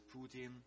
Putin